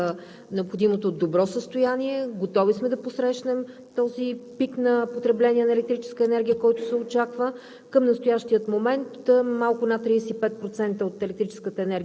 всички електропроизводствени мощности са в необходимото добро състояние. Готови сме да посрещнем този пик на потребление на електрическа енергия, който се очаква.